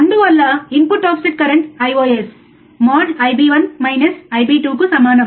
అందువల్ల input offset current I os mode I b1 minus I b2 కు సమానం